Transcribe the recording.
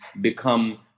become